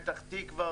פתח-תקווה,